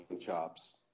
chops